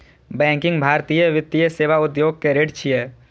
banking भारतीय वित्तीय सेवा उद्योग के रीढ़ छियै